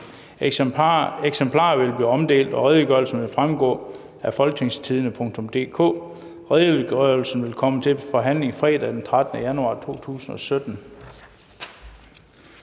Eksemplarer vil blive omdelt, og redegørelsen vil fremgå af folketingstidende.dk. Redegørelsen vil komme til forhandling fredag den 13. januar 2017.